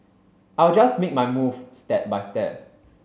I will just make my move step by step